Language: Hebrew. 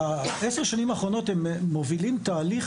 בעשר שנים האחרונות הם מובילים תהליך